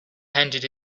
handed